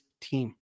team